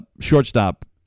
shortstop